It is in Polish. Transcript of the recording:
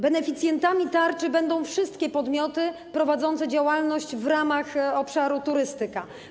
Beneficjentami tarczy będą wszystkie podmioty prowadzące działalność w ramach obszaru turystyka.